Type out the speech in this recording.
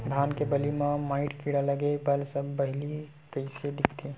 धान के बालि म माईट कीड़ा लगे से बालि कइसे दिखथे?